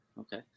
Okay